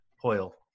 Hoyle